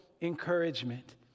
encouragement